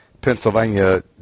Pennsylvania